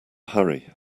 hurry